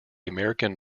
american